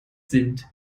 sind